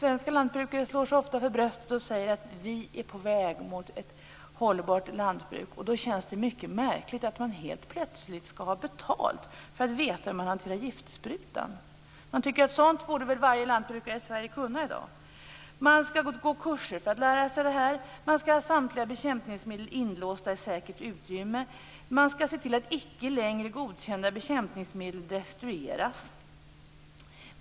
Svenska lantbrukare slår sig ofta för bröstet och säger: Vi är på väg mot ett hållbart lantbruk. Man tycker att sådant borde varje lantbrukare i Sverige kunna i dag. Man skall gå kurser för att lära sig det här. Man skall ha samtliga bekämpningsmedel inlåsta i ett säkert utrymme. Man skall se till att icke längre godkända bekämpningsmedel destrueras.